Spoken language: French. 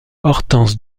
hortense